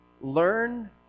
Learn